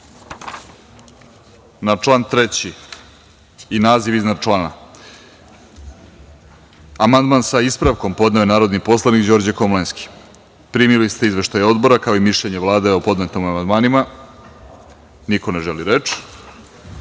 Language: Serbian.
član 3. i naziv iznad člana amandman sa ispravkom podneo je narodni poslanik Đorđe Komlenski. Primili ste izveštaj Odbora kao i mišljenje Vlade o podnetim amandmanima. Niko ne želi reč. Na